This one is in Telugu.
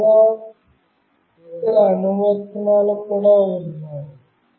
ఇంకా చాలా ఇతర అనువర్తనాలు కూడా ఉన్నాయి